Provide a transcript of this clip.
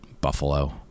Buffalo